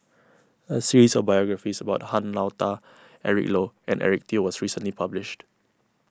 a series of biographies about Han Lao Da Eric Low and Eric Teo was recently published